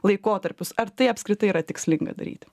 laikotarpius ar tai apskritai yra tikslinga daryti